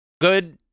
good